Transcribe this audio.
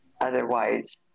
Otherwise